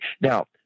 Now